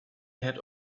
had